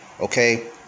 Okay